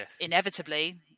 inevitably